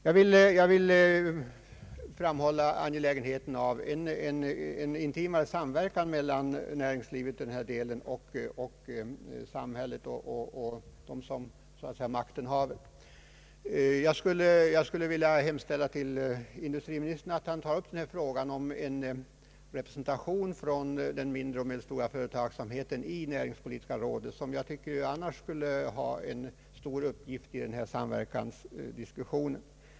Jag vill framhålla angelägenheten av en intimare samverkan mellan näringslivet i denna del och samhället, d. v. s. dem som makten hava. Jag skulle vilja hemställa till industriministern att ta upp denna fråga om representation för den mindre och medelstora företagsamheten i näringspolitiska rådet, som jag även i Övrigt tycker har en stor uppgift i denna samverkansdiskussion.